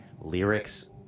Lyrics